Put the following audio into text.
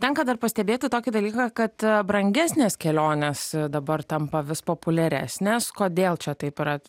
tenka dar pastebėti tokį dalyką kad brangesnės kelionės dabar tampa vis populiaresnės kodėl čia taip yra